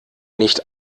nicht